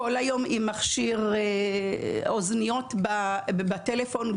כל היום עם מכשיר אוזניות בטלפון,